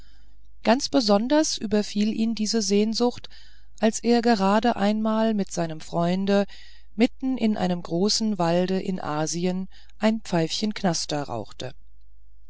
ganz besonders überfiel ihn diese sehnsucht als er gerade einmal mit seinem freunde mitten in einem großen walde in asien ein pfeifchen knaster rauchte